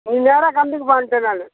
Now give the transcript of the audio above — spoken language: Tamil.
நீ நேராக கறந்துக்கப்பான்ட்டேன் நான்